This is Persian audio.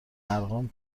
ارقام